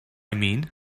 mean